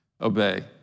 obey